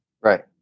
Right